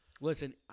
Listen